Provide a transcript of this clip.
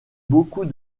beaucoup